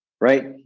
right